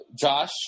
Josh